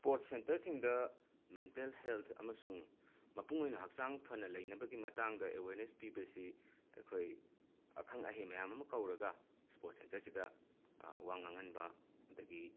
sports ꯁꯦꯟꯇꯔꯁꯤꯡꯗ mental health ꯑꯃꯁꯨꯡ ꯃꯄꯨꯡ ꯑꯣꯏꯅ ꯍꯛꯆꯥꯡ ꯐꯅ ꯂꯩꯅꯕꯒꯤ ꯃꯇꯥꯡꯗ ꯑꯋꯦꯔꯅꯦꯁ ꯄꯤꯕꯁꯤ ꯑꯩꯈꯣꯏ ꯑꯈꯪ ꯑꯍꯩ ꯃꯌꯥꯝ ꯑꯃ ꯀꯧꯔꯒ ꯁ꯭ꯄꯣꯔꯠꯁ ꯁꯦꯟꯇꯔꯁꯤꯗ ꯋꯥ ꯉꯥꯡꯍꯟꯕ ꯑꯗꯒꯤ